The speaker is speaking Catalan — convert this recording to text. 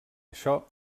això